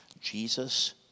Jesus